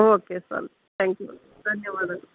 okay sir thank you ಧನ್ಯವಾದಗಳು